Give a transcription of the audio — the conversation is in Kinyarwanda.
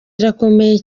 irakomeye